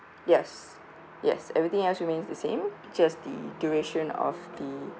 yes yes everything else remains the same just the duration of the